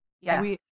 yes